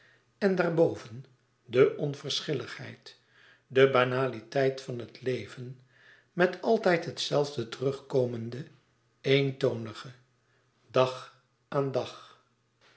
en daarboven de onverschilligheid de banaliteit van het leven met altijd het zelfde terugkomende eentonige dag aan dag